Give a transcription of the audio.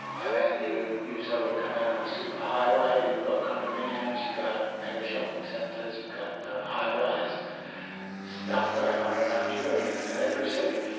i mean you you sort of come in on a superhighway. you've got condominiums. you've got mega shopping centers. you've got high-rise stuff going on around you. i mean, in every city,